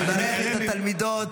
אני אברך את התלמידות,